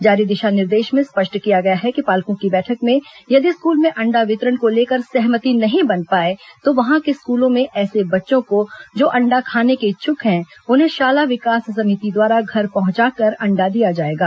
जारी दिशा निर्देश में स्पष्ट किया गया है कि पालकों की बैठक में यदि स्कूल में अण्डा वितरण को लेकर सहमति नहीं बन पाए तो वहां के स्कूलों में ऐसे बच्चों को जो अण्डा खाने के इच्छुक हैं उन्हें शाला विकास समिति द्वारा घर पहुंचाकर अण्डा दिया जाएगा